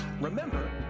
remember